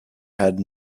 had